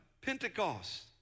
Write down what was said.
Pentecost